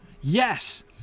Yes